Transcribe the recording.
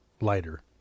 lighter